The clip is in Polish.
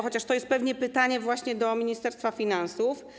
Chociaż to jest pewnie pytanie do Ministerstwa Finansów.